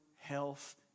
health